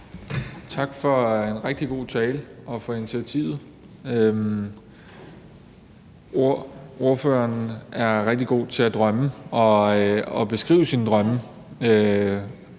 Tak for en rigtig god tale og for initiativet. Ordføreren er rigtig god til at drømme og beskrive sine drømme.